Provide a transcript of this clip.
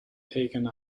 taken